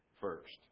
first